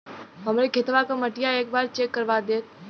हमरे खेतवा क मटीया एक बार चेक करवा देत?